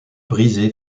brisée